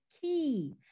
key